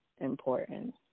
important